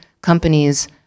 companies